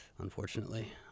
Unfortunately